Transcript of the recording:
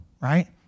right